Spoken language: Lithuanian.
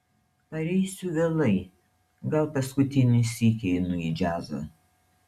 pareisiu vėlai gal paskutinį sykį einu į džiazą